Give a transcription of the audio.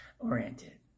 Oriented